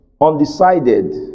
Undecided